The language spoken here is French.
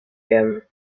gamme